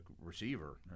receiver